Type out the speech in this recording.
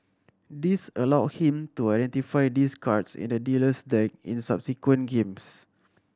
this allowed him to identify these cards in the dealer's deck in subsequent games